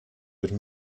would